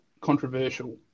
controversial